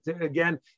again